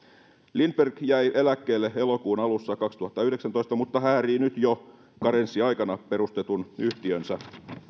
lindberg jäi eläkkeelle elokuun alussa kaksituhattayhdeksäntoista mutta häärii nyt jo karenssiaikana perustetun yhtiönsä